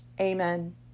Amen